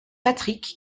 patrick